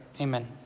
Amen